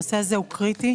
הנושא הזה הוא קריטי.